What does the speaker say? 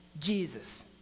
Jesus